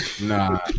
Nah